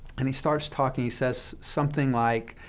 and he starts talking. he says something like,